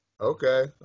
Okay